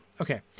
okay